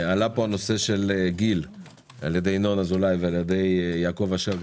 עלה פה הנושא של גיל על-ידי ינון אזולאי ועל-ידי יעקב אשר.